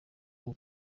rwo